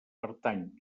pertany